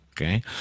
okay